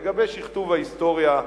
לגבי שכתוב ההיסטוריה,